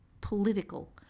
political